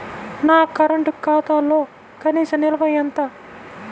నా కరెంట్ ఖాతాలో కనీస నిల్వ ఎంత?